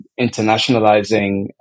internationalizing